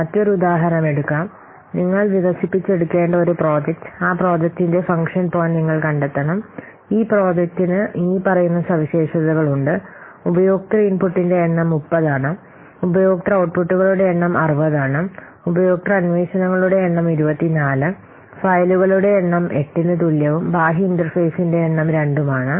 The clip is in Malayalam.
മറ്റൊരു ഉദാഹരണം എടുക്കാം നിങ്ങൾ വികസിപ്പിച്ചെടുക്കേണ്ട ഒരു പ്രോജക്റ്റ് ആ പ്രോജക്റ്റിന്റെ ഫംഗ്ഷൻ പോയിന്റ് നിങ്ങൾ കണ്ടെത്തണം ഈ പ്രോജക്റ്റിന് ഇനിപ്പറയുന്ന സവിശേഷതകൾ ഉണ്ട് ഉപയോക്തൃ ഇൻപുട്ടിന്റെ എണ്ണം 30 ആണ് ഉപയോക്തൃ ഔട്ട്പുട്ടുകളുടെ എണ്ണം 60 ആണ് ഉപയോക്തൃ അന്വേഷണങ്ങളുടെ എണ്ണം 24 ഫയലുകളുടെ എണ്ണം 8 ന് തുല്യവും ബാഹ്യ ഇന്റർഫേസിന്റെ എണ്ണം 2 ഉം ആണ്